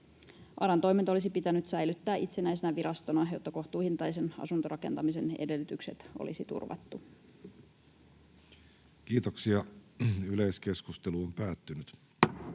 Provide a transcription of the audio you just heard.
ARAn toiminta olisi pitänyt säilyttää itsenäisenä virastona, jotta kohtuuhintaisen asuntorakentamisen edellytykset olisi turvattu. Ensimmäiseen käsittelyyn